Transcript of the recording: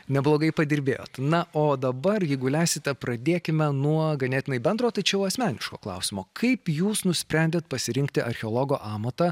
neblogai padirbėjot na o dabar jeigu leisite pradėkime nuo ganėtinai bendro tačiau asmeniško klausimo kaip jūs nusprendėt pasirinkti archeologo amatą